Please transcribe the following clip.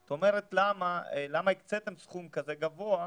זאת אומרת למה הקציתם סכום כזה גבוה,